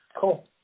cool